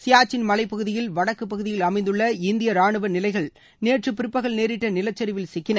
சியாச்சின் மலைப்பகுதியில் வடக்கு பகுதியில் அமைந்துள்ள இந்திய ராணுவன நிலைகள் நேற்று பிற்பகல் நேரிட்ட நிலச்சரிவில் சிக்கின